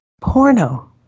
porno